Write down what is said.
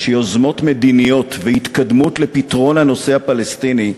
שיוזמות מדיניות והתקדמות לפתרון הנושא הפלסטיני,